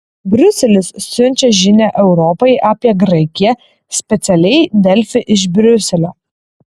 briuselis siunčia žinią europai apie graikiją specialiai delfi iš briuselio